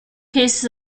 cases